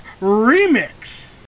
remix